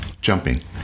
jumping